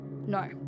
No